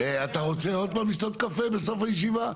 אתה רוצה עוד פעם לשתות קפה בסוף הישיבה?